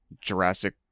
Jurassic